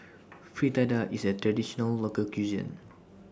Fritada IS A Traditional Local Cuisine